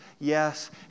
yes